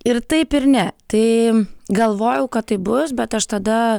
ir taip ir ne tai galvojau kad taip bus bet aš tada